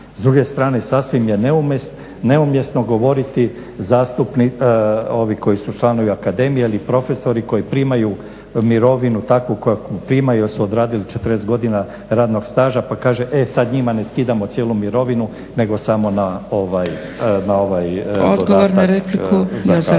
S druge strane sasvim je neumjesno govoriti ovi koji su članovi akademije ili profesori koji primaju mirovinu takvu kakvu primaju jer su odradili 40 godina radnog staža pa kaže e sad njima ne skidamo cijelu mirovinu nego samo na ovaj podatak